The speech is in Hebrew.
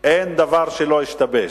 אין דבר שלא השתבש,